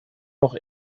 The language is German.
noch